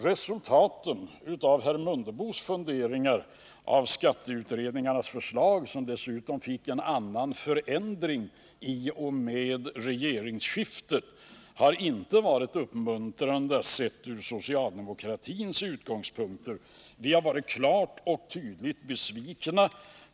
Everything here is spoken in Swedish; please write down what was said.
Resultatet av herr Mundebos funderingar kring skatteutredningarnas förslag — förslagen fick dessutom en annan utformning i och med regeringsskiftet — har inte varit uppmuntrande, sett från socialdemokratins utgångspunkter. Vi har varit klart och tydligt besvikna.